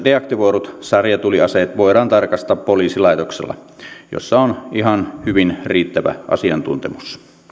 deaktivoidut sarjatuliaseet voidaan tarkastaa poliisilaitoksella missä on ihan hyvin riittävä asiantuntemus